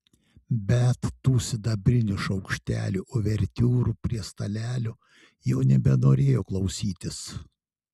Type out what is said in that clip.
bet tų sidabrinių šaukštelių uvertiūrų prie stalelių jau nebenorėjo klausytis